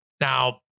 now